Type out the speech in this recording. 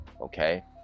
okay